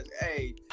Hey